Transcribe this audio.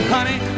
Honey